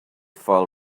file